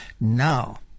Now